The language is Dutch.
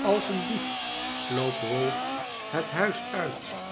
als een dief sloop ralph het huis uit